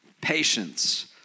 patience